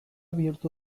bihurtu